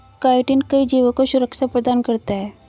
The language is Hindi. काईटिन कई जीवों को सुरक्षा प्रदान करता है